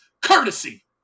courtesy